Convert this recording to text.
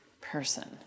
person